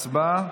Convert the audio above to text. הצבעה.